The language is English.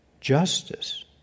justice